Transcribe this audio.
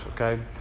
okay